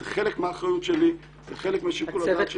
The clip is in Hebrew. זה חלק מהאחריות שלי, זה חלק משיקול הדעת שלי.